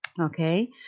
Okay